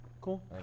Cool